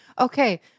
okay